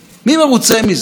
אבל היא מרוצה מזה,